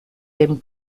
dem